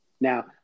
Now